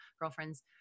girlfriends